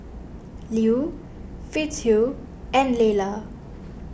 Lew Fitzhugh and Lela